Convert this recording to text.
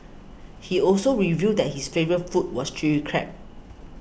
he also revealed that his favourite food was Chilli Crab